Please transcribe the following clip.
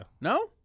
No